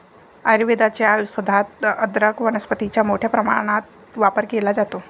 आयुर्वेदाच्या औषधात अदरक वनस्पतीचा मोठ्या प्रमाणात वापर केला जातो